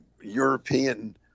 European